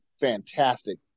fantastic